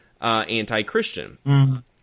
anti-Christian